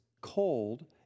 cold